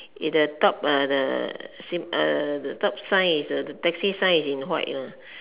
with the top uh the s~ the top sign is the taxi sign is in white lah